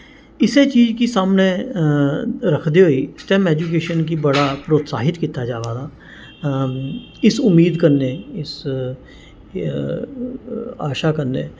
इस्सै चीज गी सामनै रखदे होई स्टेम एजुकेशन गी बड़ा प्रोत्साहित कीता जा दा इस उम्मीद कन्नै इस आशा कन्नै